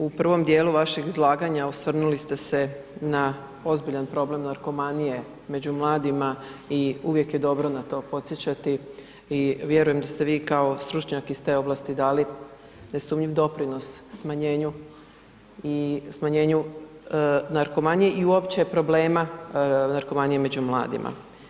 U prvom dijelu vašeg izlaganja osvrnuli ste se na ozbiljan problem narkomanije među mladima i uvijek je dobro na to podsjećati i vjerujem da ste vi kao stručnjak iz te oblasti dali nesumnjiv doprinos smanjenju i smanjenju narkomanije i uopće problema narkomanije među mladima.